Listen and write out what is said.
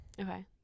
okay